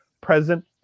present